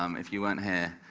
um if you weren't here,